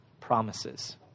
promises